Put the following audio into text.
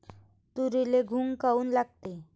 तुरीले घुंग काऊन लागते?